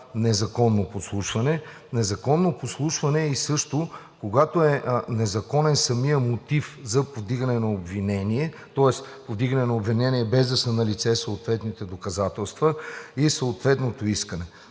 незаконно подслушване. Незаконно подслушване е също, когато е незаконен и самият мотив за повдигане на обвинения, тоест повдигане на обвинения, без да са налице съответните доказателства и съответното искане.